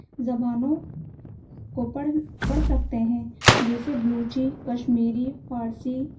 زبانوں کو پڑھ پڑھ سکتے ہیں جیسے بلوچی کشمیری فارسی